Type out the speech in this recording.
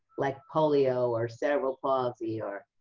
like, polio or cerebral palsy or